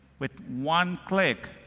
with one click,